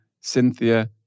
Cynthia